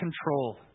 control